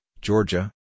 Georgia